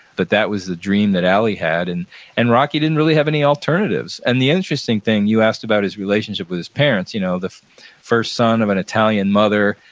but that was the dream that allie had, and and rocky didn't really have any alternatives. and the interesting thing, you asked about his relationship with his parents. you know the first son of an italian mother,